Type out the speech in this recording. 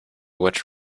what